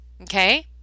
Okay